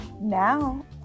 now